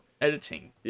editing